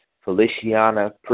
Feliciana